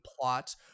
plot